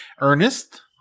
Ernest